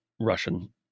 Russian